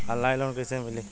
Online loan कइसे मिली?